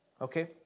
Okay